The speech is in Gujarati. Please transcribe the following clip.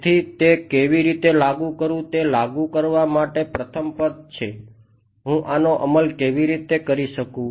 તેથી તે કેવી રીતે લાગુ કરું તે લાગુ કરવા માટે પ્રથમ પદ છે હું આનો અમલ કેવી રીતે કરી શકું